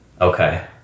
Okay